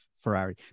ferrari